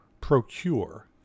procure